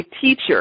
teacher